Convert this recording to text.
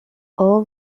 all